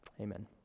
Amen